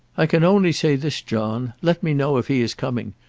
i can only say this, john let me know if he is coming,